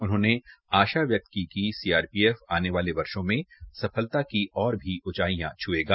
उन्होंने आशा व्यक्त कि सीआपीएफ आने वाले वर्षो मे सफलता की और भी उचाईयों छुयेगा